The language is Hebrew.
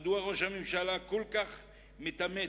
מדוע ראש הממשלה כל כך מתאמץ.